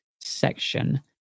section